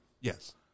Yes